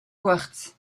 quartz